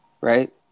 Right